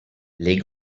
les